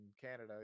Canada